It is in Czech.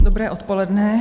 Dobré odpoledne.